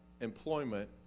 employment